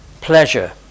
pleasure